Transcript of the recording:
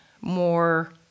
more